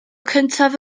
cyntaf